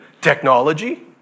technology